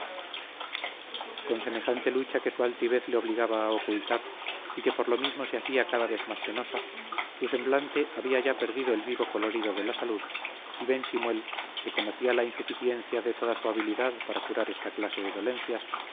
con semejante lucha que su altivez le obligaba a ocultar y que por lo mismo se hacía cada vez más penosa su semblante había ya perdido el vivo colorido de la salud y ben simuel que conocía la insuficiencia de toda su habilidad para curar esta clase de dolencias